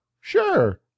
sure